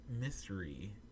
mystery